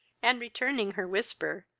and, returning her whisper,